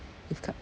if co~